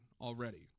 already